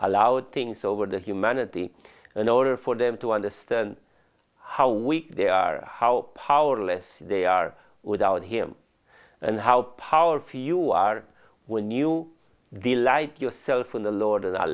allowed things over the humanity in order for them to understand how weak they are how powerless they are without him and how powerful you are when you delight yourself in the lord and